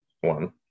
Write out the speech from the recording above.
One